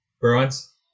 Bruins